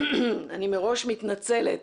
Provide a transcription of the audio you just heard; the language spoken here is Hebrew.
אני מראש מתנצלת